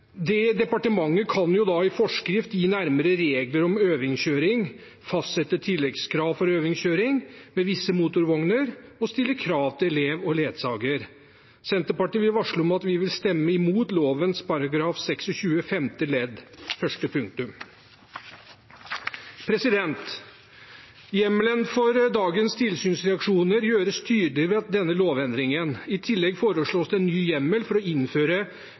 Departementet kan i forskrift gi nærmere regler om øvelseskjøring, fastsette tilleggskrav for øvelseskjøring med visse motorvogner og stille krav til elever og ledsagere. Senterpartiet vil varsle om at vi vil stemme imot lovens § 26 femte ledd første punktum. Hjemmelen for dagens tilsynsreaksjoner gjøres tydeligere med denne lovendringen. I tillegg foreslås det en ny hjemmel for å innføre